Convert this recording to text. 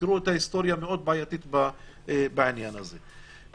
תזכרו את ההיסטוריה המאוד בעייתית בעניין הזה.